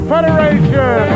Federation